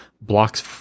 blocks